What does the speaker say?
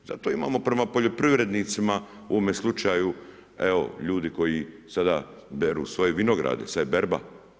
Zato imamo prema poljoprivrednicima u ovome slučaju, evo ljudi koji sada beru svoje vinograde, sad je berba.